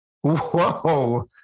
whoa